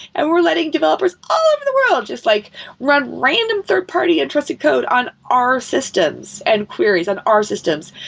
and we're letting developers all over the world just like run random third-party and trusted code on our systems and queries on our systems.